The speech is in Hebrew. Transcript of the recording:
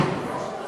התחבורה